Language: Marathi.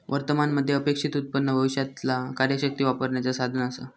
वर्तमान मध्ये अपेक्षित उत्पन्न भविष्यातीला कार्यशक्ती वापरण्याचा साधन असा